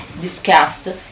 discussed